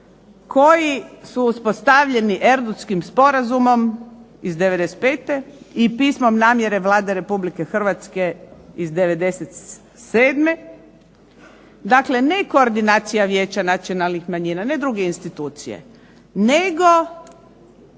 koji su uspostavljeni Erdutskim sporazumom iz '95. i pismom namjere Vlade Republike Hrvatske iz '97., dakle nekoordinacija Vijeća nacionalnih manjina, ne druge institucije, nego